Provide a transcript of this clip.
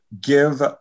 give